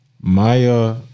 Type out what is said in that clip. Maya